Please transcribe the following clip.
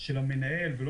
"טובת הציבור" זה דבר מופשט,